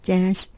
Jazz